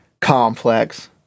complex